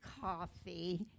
coffee